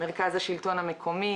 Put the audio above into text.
מרכז השלטון המקומי,